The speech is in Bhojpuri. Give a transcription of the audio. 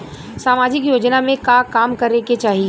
सामाजिक योजना में का काम करे के चाही?